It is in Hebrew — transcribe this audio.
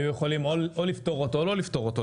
יכלו לפטור אותו או לא לפטור אותו.